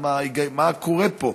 מה קורה פה?